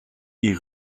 est